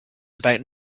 about